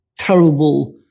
terrible